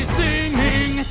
singing